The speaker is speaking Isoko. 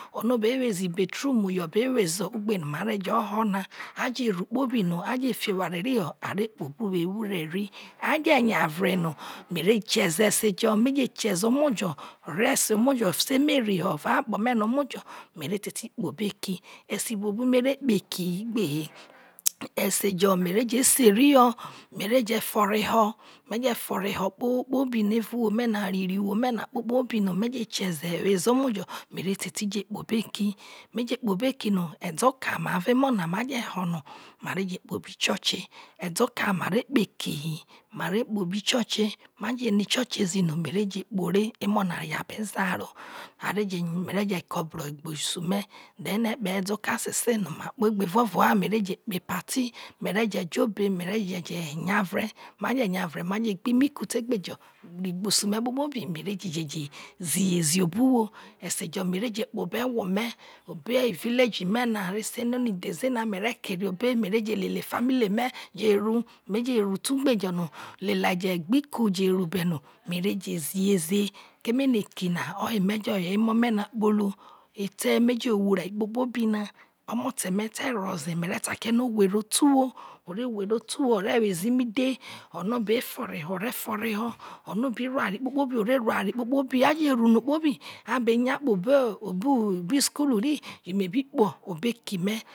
Ọnobẹ whezẹ ibeturumu yọbe wheze ogbe nọ ma reje ho na, maje ru kpobino aje fiho ewhare riho arekpo obo whe ewureri aje ye ureno mere theze esejọ meje meze omojọ res omojọ mere te kpo họ obeki ese buobu merekpo ho eki gbehe, esejomereje serihọ merejọ toreho meje foreho kpobi ne evanwho me na rie umho na kpobi no mere theze omojo me rete kpo beki edheoka ma re emona jehono mejekpobi chache edoka mere kpe eki he, mare kpobi choche, maje no be choche zeno mereje kporeh emona yabe zaro, mereje kobruho igbeyusu me, ekpa edoka sehseh ma kpe ria ovọ ha mereje kpe apati, mereje yavre kpo obuwho, esejo mereje kpobo egwome obo̱ ivillagi me nare seno idheze, mere jọ kugbe famili me rue, meje lelai gbiku be no mereje ziheze kemene eki na mejo yo emo̱me̱ na kpolo ethe me je wurai kpobina, omoteme terhoze mere takre no̱ owhere otor uwho, ore where otor uwho ore je woze imidhe, ono be foreho, ore foreho, ono be rua re kpo kpo bi ore lu, aje rue no are kpobe̱ sukuru yo me be kpoho obe eki me.